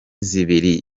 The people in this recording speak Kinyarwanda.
zibiri